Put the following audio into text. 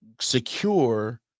secure